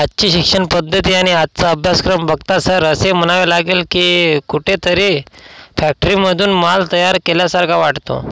आजची शिक्षण पद्धती आणि आजचा अभ्यासक्रम बघता सर असे म्हणावे लागेल की कुठेतरी फॅक्टरीमधून माल तयार केल्यासारखा वाटतो